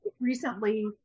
recently